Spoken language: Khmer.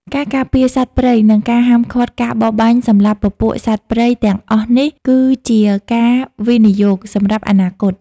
ការការពារសត្វព្រៃ និងការហាមឃាត់ការបរបាញ់សម្លាប់ពពួកសត្វព្រៃទាំងអស់នេះគឺជាការវិនិយោគសម្រាប់អនាគត។